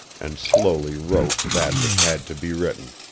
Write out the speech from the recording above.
and slowly wrote that which had to be written.